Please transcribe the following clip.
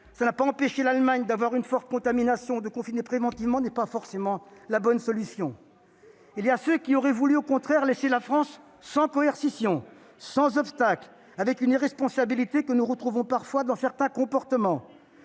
cela n'a pas empêché l'Allemagne d'avoir une forte contamination. Confiner préventivement n'est donc pas la bonne solution. Il y a ceux qui auraient voulu, au contraire, laisser la France sans coercition, sans obstacle, dans une irresponsabilité que nous retrouvons parfois dans certains comportements.